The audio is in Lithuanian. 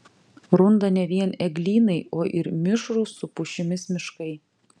runda ne vien eglynai o ir mišrūs su pušimis miškai